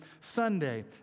Sunday